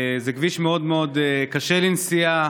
זה כביש מאוד מאוד קשה לנסיעה,